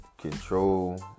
Control